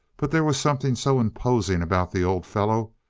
but there was something so imposing about the old fellow,